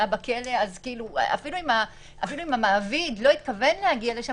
אפילו אם המעביד לא התכוון להגיע לשם